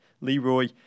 Leroy